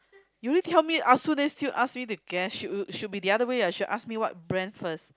you didn't tell me I also still ask me to guess should should be the other way ah should ask me what brand first